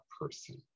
person